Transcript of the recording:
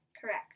correct